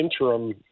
interim